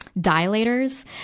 dilators